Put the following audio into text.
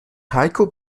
heiko